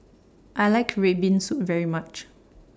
I like Red Bean Soup very much